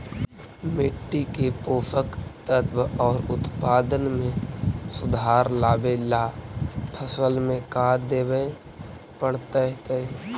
मिट्टी के पोषक तत्त्व और उत्पादन में सुधार लावे ला फसल में का देबे पड़तै तै?